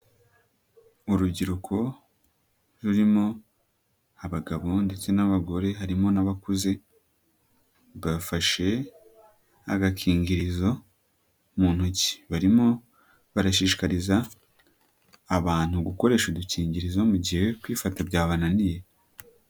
Urubyiruko rurimo abagabo ndetse n'abagore harimo n'abakuze, bafashe agakingirizo mu ntoki barimo barashishikariza abantu gukoresha udukingirizo mu gihe kwifata byabananiye.